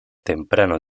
temprano